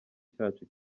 cyacu